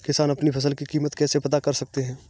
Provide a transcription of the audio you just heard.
किसान अपनी फसल की कीमत कैसे पता कर सकते हैं?